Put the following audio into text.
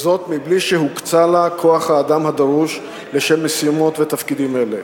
וזאת מבלי שהוקצה לה כוח-האדם הדרוש לשם משימות ותפקידים אלה.